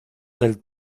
del